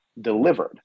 delivered